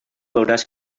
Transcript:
veuràs